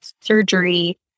surgery